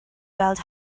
weld